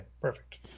perfect